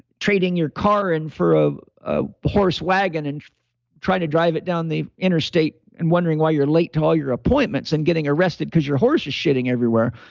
trading your car in for a ah horse wagon and trying to drive it down the interstate and wondering why you're late to all your appointments and getting arrested because your horse is shitting everywhere